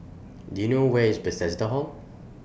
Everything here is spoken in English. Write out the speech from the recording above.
Do YOU know Where IS Bethesda Hall